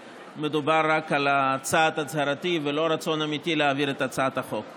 ומדובר רק על צעד הצהרתי ולא על רצון אמיתי להעביר את הצעת החוק.